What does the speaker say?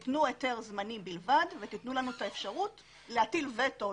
לתת היתר זמני בלבד ולתת לה את האפשרות להטיל וטו,